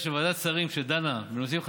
הגיע הזמן באמת לחשוב גם בנושא הזה,